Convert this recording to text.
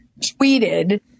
tweeted